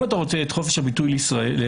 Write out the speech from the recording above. אם אתה רוצה את חופש הביטוי לאזרחים,